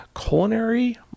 Culinary